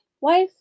Wife